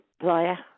player